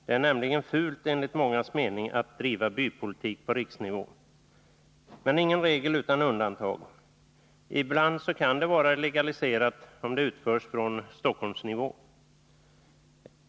Det är nämligen fult enligt mångas mening att driva bypolitik på riksnivå. Men ingen regel utan undantag. Ibland kan det vara legaliserat, om det utförs på Stockholmsnivå.